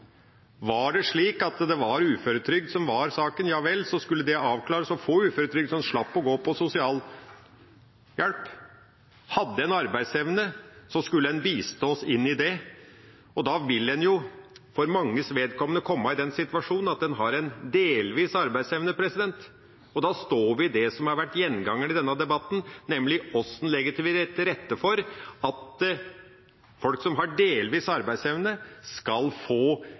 Var det slik at det var uføretrygd som var saken, ja vel, så skulle det avklares, og en skulle få uføretrygd, slik at en slapp å gå på sosialhjelp. Hadde en arbeidsevne, skulle en bistås inn i arbeid. Da vil en jo for manges vedkommende komme i den situasjonen at en har en delvis arbeidsevne, og da står vi i det som har vært gjengangeren i denne debatten, nemlig hvordan vi legger til rette for at folk som har delvis arbeidsevne, skal få